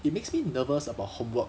it makes me nervous about homework